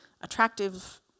attractive